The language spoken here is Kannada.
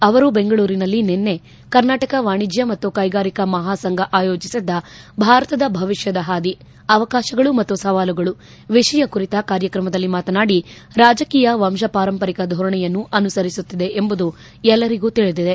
ಅವರು ಬೆಂಗಳೂರಿನಲ್ಲಿ ನಿನ್ನೆ ಕರ್ನಾಟಕ ವಾಣಿಜ್ಯ ಮತ್ತು ಕೈಗಾರಿಕಾ ಮಹಾಸಂಘ ಆಯೋಜಿಸಿದ್ದ ಭಾರತದ ಭವಿಷ್ಯದ ಹಾದಿ ಅವಕಾಶಗಳು ಮತ್ತು ಸವಾಲುಗಳು ವಿಷಯ ಕುರಿತ ಕಾರ್ಯಕ್ರಮದಲ್ಲಿ ಮಾತನಾಡಿ ರಾಜಕೀಯ ವಂಶ ಪಾರಂಪರಿಕ ಧೋರಣೆಗಳನ್ನು ಅನುಸರಿಸುತ್ತಿದೆ ಎಂಬುದು ಎಲ್ಲರಿಗೂ ತಿಳಿದಿದೆ